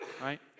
right